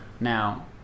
Now